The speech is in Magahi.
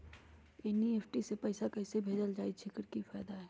एन.ई.एफ.टी से पैसा कैसे भेजल जाइछइ? एकर की फायदा हई?